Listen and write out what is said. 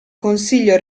consiglio